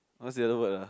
what's the other word ah